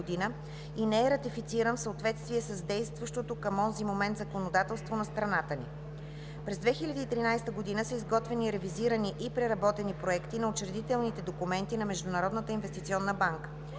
и не е ратифициран в съответствие с действащото към онзи момент законодателство на страната ни. През 2013 г. са изготвени ревизирани и преработени проекти на учредителните документи на Международната инвестиционна банка.